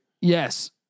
Yes